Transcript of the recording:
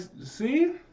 see